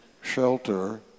shelter